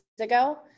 ago